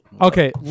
Okay